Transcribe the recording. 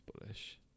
bullish